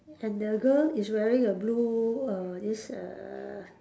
and the girl is wearing a blue err this err